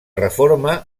reforma